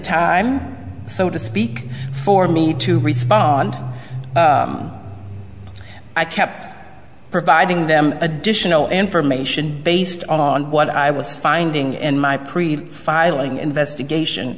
time so to speak for me to respond i kept providing them additional information based on what i was finding in my previous filing investigation